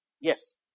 Yes